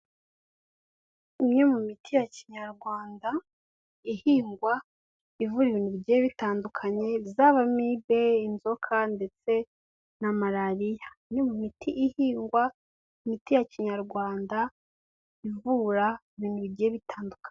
imwe mu miti ya kinyarwanda ihingwa ivura ibintu bigiye bitandukanye zaba amibe, inzoka ndetse na malariya imwe mu miti ihingwa, imiti ya kinyarwanda ivura ibintu bigiye bitandukanye.